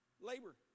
labor